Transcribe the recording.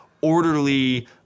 orderly